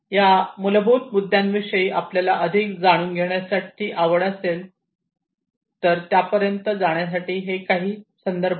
या मूलभूत मुद्द्यांविषयी आपल्याला अधिक जाणून घेण्यास आवड असेल तर त्यापर्यंत जाण्यासाठीचे हे काही संदर्भ आहेत